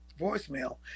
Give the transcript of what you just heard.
voicemail